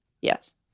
Yes